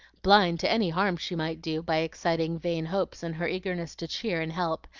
blind to any harm she might do by exciting vain hopes in her eagerness to cheer and help,